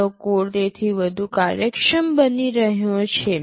તમારો કોડ તેથી વધુ કાર્યક્ષમ બની રહ્યો છે